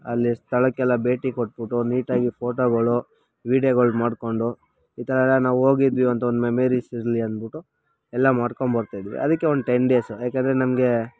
ಅಲ್ಲಿ ಸ್ಥಳಕ್ಕೆ ಎಲ್ಲ ಭೇಟಿ ಕೊಟ್ಬಿಟ್ಟು ನೀಟಾಗಿ ಫೋಟೋಗಳು ವಿಡಿಯೋಗಳು ಮಾಡ್ಕೊಂಡು ಈ ಥರ ನಾವು ಹೋಗಿದ್ವಿ ಅಂತ ಒಂದು ಮೆಮೊರೀಸ್ ಇರಲಿ ಅಂದ್ಬಿಟ್ಟು ಎಲ್ಲ ಮಾಡ್ಕೊಂಡು ಬರ್ತಾಯಿದ್ವಿ ಅದಕ್ಕೆ ಒಂದು ಟೆನ್ ಡೇಸ್ ಏಕೆಂದ್ರೆ ನಮಗೆ